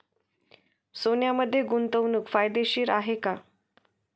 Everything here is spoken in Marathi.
सोन्यामध्ये गुंतवणूक फायदेशीर आहे का?